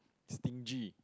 stingy